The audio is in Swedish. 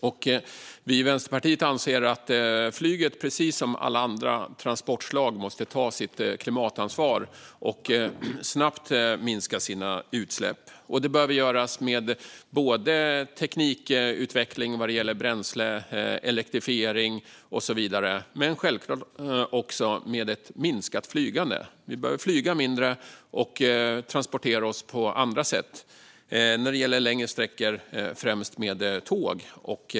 Vi i Vänsterpartiet anser att flyget, precis som alla andra transportslag, måste ta sitt klimatansvar och snabbt minska sina utsläpp. Och det behöver göras med teknikutveckling vad gäller bränsle, elektrifiering och så vidare men självklart också med ett minskat flygande. Vi behöver flyga mindre och transportera oss på andra sätt på längre sträckor, främst med tåg.